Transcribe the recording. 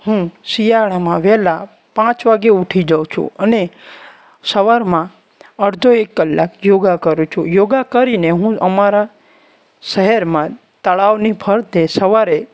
હું શિયાળામાં વહેલા પાંચ વાગ્યે ઉઠી જાઉં છું અને સવારમાં અડધો એક કલાક યોગા કરું છું યોગા કરીને હું અમારા શહેરમાં તળાવની ફરતે સવારે